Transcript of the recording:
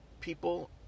people